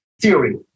theory